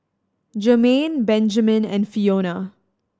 Jermaine Benjamen and Fiona